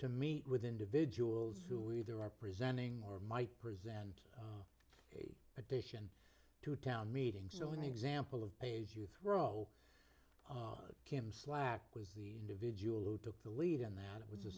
to meet with individuals who either representing or might present a petition to a town meeting so an example of pays you throw him slack was the individual who took the lead in that it was a